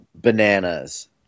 bananas